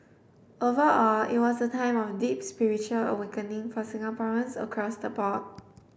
overall it was a time of deep spiritual awakening for Singaporeans across the board